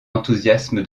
enthousiasme